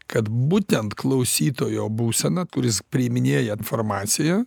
kad būtent klausytojo būsena kuris priiminėja informaciją